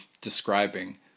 describing